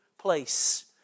place